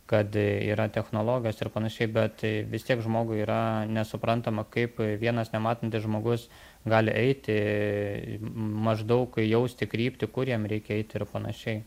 kad yra technologijos ir panašiai bet vis tiek žmogui yra nesuprantama kaip vienas nematantis žmogus gali eiti maždaug jausti kryptį kur jam reikia eiti ir panašiai